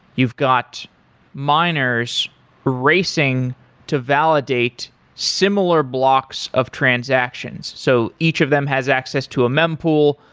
you've got miners racing to validate similar blocks of transactions. so each of them has access to a mem pool.